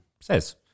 says